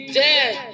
dead